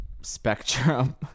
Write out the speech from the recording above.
spectrum